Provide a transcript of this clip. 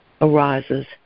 arises